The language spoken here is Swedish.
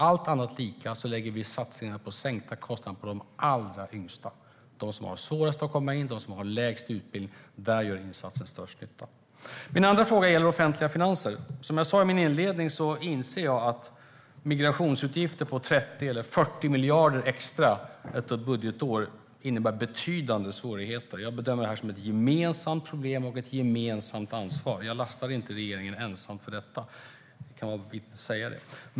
Allt annat lika lägger vi satsningarna på sänkta kostnader på de allra yngsta, de som har svårast att komma in, de som har lägst utbildning. Där gör insatsen störst nytta. Min andra fråga gäller offentliga finanser. Som jag sa i min inledning inser jag att migrationsutgifter på 30 eller 40 miljarder extra ett budgetår innebär betydande svårigheter. Jag bedömer det som ett gemensamt problem och ett gemensamt ansvar. Jag lastar inte regeringen ensam för detta. Det kan vara viktigt att säga det.